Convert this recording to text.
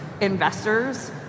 investors